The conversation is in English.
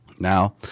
Now